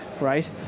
Right